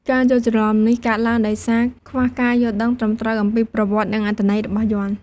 ការយល់ច្រឡំនេះកើតឡើងដោយសារខ្វះការយល់ដឹងត្រឹមត្រូវអំពីប្រវត្តិ និងអត្ថន័យរបស់យ័ន្ត។